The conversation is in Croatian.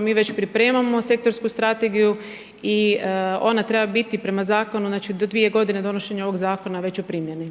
mi već pripremamo sektorsku strategiju i ona treba biti prema zakonu znači do 2 g. od donošenja ovog zakona već u primjeni.